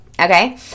okay